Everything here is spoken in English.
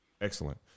Excellent